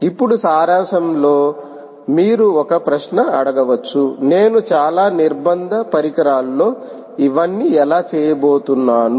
ఇప్పుడు సారాంశంలో మీరు ఒక ప్రశ్న అడగవచ్చు నేను చాలా నిర్బంధ పరికరాల్లో ఇవన్నీ ఎలా చేయబోతున్నాను